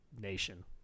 nation